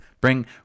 Bring